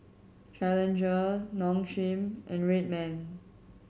Challenger Nong Shim and Red Man